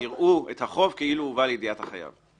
שיראו את החוב כאילו הובא לידיעת החייב.